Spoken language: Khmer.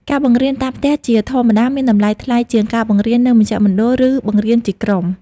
ការបង្រៀនតាមផ្ទះជាធម្មតាមានតម្លៃថ្លៃជាងការបង្រៀននៅមជ្ឈមណ្ឌល ឬបង្រៀនជាក្រុម។